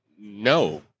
No